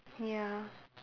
ya